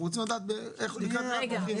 אנחנו רוצים לדעת לקראת מה אנחנו הולכים.